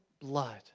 blood